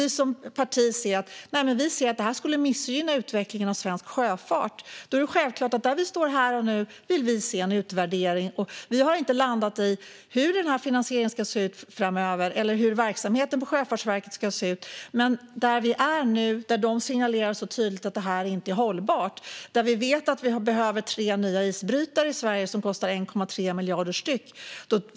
Vi som parti ser att det skulle missgynna utvecklingen av svensk sjöfart, och utifrån var vi står här och nu är det självklart att vi vill se en utvärdering. Vi har inte landat i hur finansieringen ska se ut framöver eller hur verksamheten på Sjöfartsverket ska se ut, men nu är vi i ett läge där de signalerar tydligt att detta inte är hållbart. Vi vet också att vi i Sverige behöver tre nya isbrytare som kostar 1,3 miljarder styck.